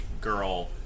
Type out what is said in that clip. girl